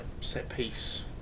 set-piece